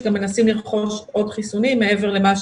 שגם מנסים לרכוש עוד חיסונים מעבר למה